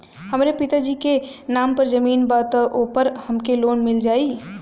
हमरे पिता जी के नाम पर जमीन बा त ओपर हमके लोन मिल जाई?